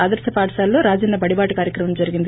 ఆదర్పపాఠశాలలో రాజన్న బడిబాట కార్యక్రమం జరిగింది